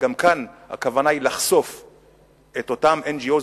וגם כאן הכוונה היא לחשוף את אותם NGOs,